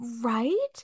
right